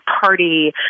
Party